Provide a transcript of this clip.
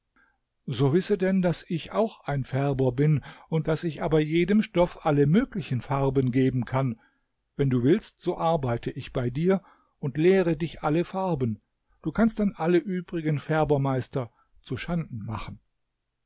so wisse denn daß ich auch ein färber bin daß ich aber jedem stoff alle möglichen farben geben kann wenn du willst so arbeite ich bei dir und lehre dich alle farben du kannst dann alle übrigen färbermeister zuschanden machen